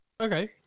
okay